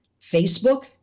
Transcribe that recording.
Facebook